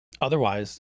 Otherwise